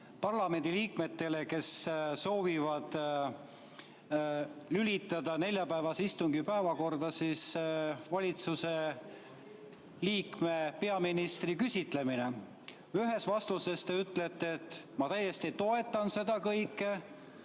parlamendiliikmetele, kes soovivad lülitada neljapäevase istungi päevakorda peaministri küsitlemise. Ühes vastuses te ütlete, et te täiesti toetate seda kõike,